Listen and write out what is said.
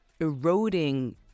eroding